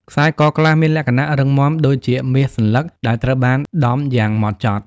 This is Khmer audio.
ខ្សែកខ្លះមានលក្ខណៈរឹងមាំដូចជាមាសសន្លឹកដែលត្រូវបានដំយ៉ាងហ្មត់ចត់។